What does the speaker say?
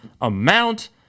amount